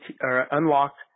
unlocked